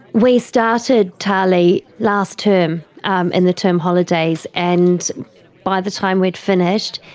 we started tali last term um in the term holidays, and by the time we'd finished,